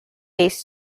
based